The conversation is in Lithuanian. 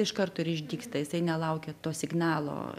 iš karto ir išdygsta jisai nelaukia to signalo